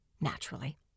naturally